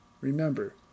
Remember